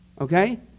Okay